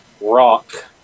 rock